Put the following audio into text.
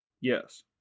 Yes